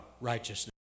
righteousness